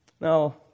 Now